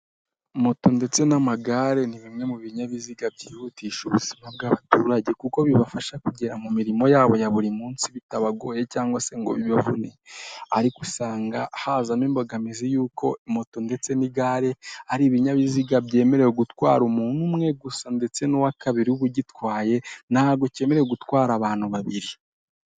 Moto ndetse n'amagare ni bimwe mu binyabiziga byihutisha ubuzima bw'abaturage, kuko bibafasha kugera mu mirimo yabo ya buri munsi bitabagoye cyangwa se ngo bibavune. Ariko usanga hazamo imbogamizi y'uko moto ndetse n'igare ari ibinyabiziga byemerewe gutwara umuntu umwe gusa ndetse n'uwa kabiri uba agitwaye, ntabwo kiba kemerewe gutwara abantu babiri.